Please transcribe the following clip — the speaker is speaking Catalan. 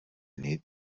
nit